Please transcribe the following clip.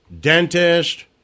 dentist